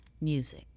music